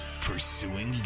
Pursuing